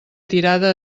tirada